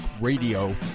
radio